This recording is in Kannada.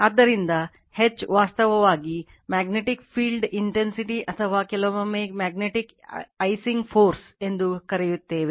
ಆದ್ದರಿಂದ H ವಾಸ್ತವವಾಗಿ ಮ್ಯಾಗ್ನೆಟಿಕ್ ಫೀಲ್ಡ್ ಇಂಟೆನ್ಸಿಟಿ ಅಥವಾ ಕೆಲವೊಮ್ಮೆ ಮ್ಯಾಗ್ನೆಟಿಕ್ ಐಸಿಂಗ್ ಫೋರ್ಸ್ ಎಂದು ಕರೆಯುತ್ತೇವೆ